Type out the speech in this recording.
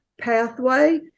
pathway